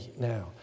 now